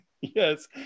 yes